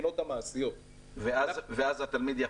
שהמורה יהיה חייב לדווח למערכת על כל נושא שהתלמיד למד.